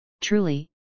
truly